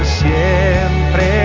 siempre